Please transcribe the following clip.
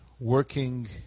working